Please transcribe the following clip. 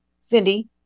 Cindy